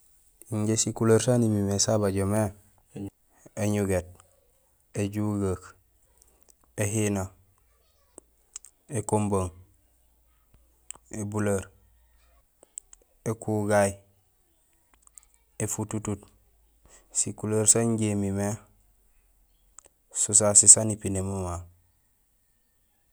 Injé sikuleer saan imimé sabajo mé: éjugeek, éhina, ébuleer, ékumbung, éfututuut, ékugay; sikuleer san injé imimé so sasé saan ipiné mama.